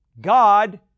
God